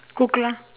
cook lah